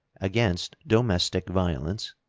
against domestic violence